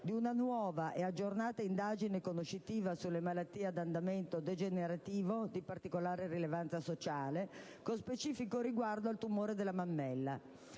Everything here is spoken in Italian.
di una nuova e aggiornata indagine conoscitiva sulle malattie ad andamento degenerativo di particolare rilevanza sociale, con specifico riguardo al tumore della mammella.